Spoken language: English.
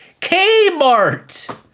kmart